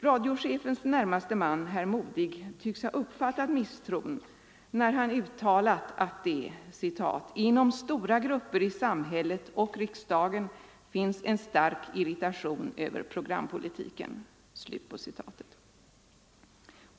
Radiochefens närmaste man, herr Modig, tycks ha uppfattat misstron, när han uttalat att det ”inom stora grupper i samhället och riksdagen finns en stark irritation över programpolitiken”.